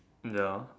ya